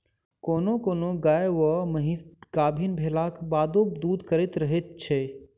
कोनो कोनो गाय वा महीस गाभीन भेलाक बादो दूध करैत रहैत छै